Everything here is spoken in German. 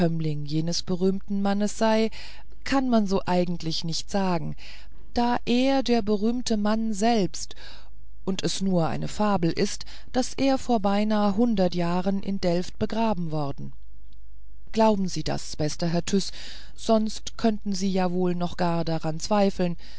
jenes berühmten mannes sei kann man so eigentlich nicht sagen da er der berühmte mann selbst und es nur eine fabel ist daß er vor beinahe hundert jahren in delft begraben worden glauben sie das bester herr tyß sonst könnten sie wohl noch gar daran zweifeln